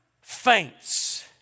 faints